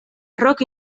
rock